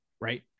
right